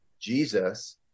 Jesus